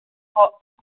ꯍꯣꯏ